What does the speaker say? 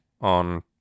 on